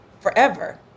forever